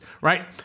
right